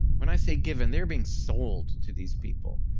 when i say given they're being sold to these people.